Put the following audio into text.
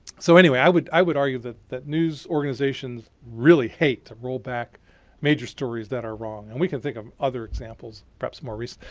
so anyway, i would i would argue that that news organizations really hate to roll back major stories that are wrong. and we can think of other examples, perhaps more recent.